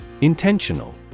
Intentional